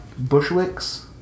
Bushwicks